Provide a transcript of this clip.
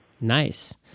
nice